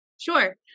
Sure